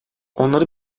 onları